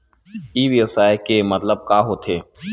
ई व्यवसाय के मतलब का होथे?